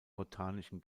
botanischen